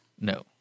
No